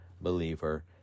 believer